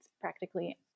practically